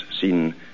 seen